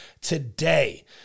today